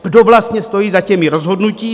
Kdo vlastně stojí za těmi rozhodnutími?